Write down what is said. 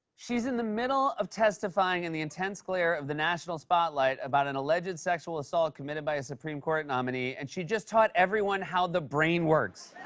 she's in the middle of testifying in the intense glare of the national spotlight about an alleged sexual assault committed by a supreme court nominee and she just taught everyone how the brain works.